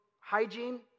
hygiene